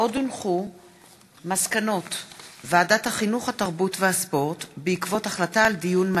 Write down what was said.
הצעת חוק הכשרות לאנשי מקצוע